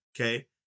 Okay